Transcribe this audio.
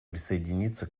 присоединиться